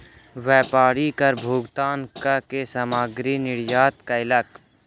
व्यापारी कर भुगतान कअ के सामग्री निर्यात कयलक